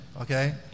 okay